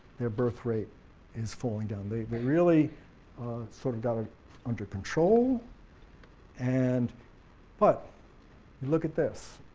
their birthrate is falling down. they but really sort of got it under control and but look at this.